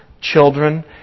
children